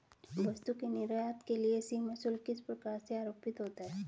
वस्तु के निर्यात के लिए सीमा शुल्क किस प्रकार से आरोपित होता है?